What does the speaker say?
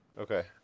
okay